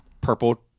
purple